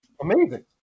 Amazing